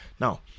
Now